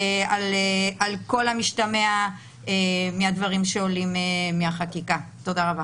על כל המשתמע מהדברים שעולים מהחקיקה, תודה רבה.